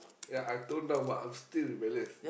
ya I tone now what I'm still rebellious